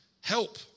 help